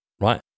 right